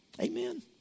Amen